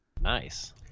nice